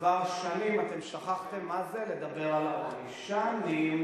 כבר שנים, אתם שכחתם מה זה לדבר על העוני, שנים.